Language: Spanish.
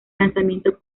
lanzamiento